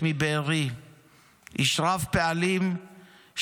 הפאב השומם בהיעדרו,